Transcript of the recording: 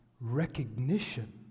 recognition